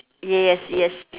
yes yes